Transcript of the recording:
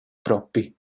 propi